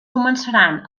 començaran